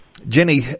Jenny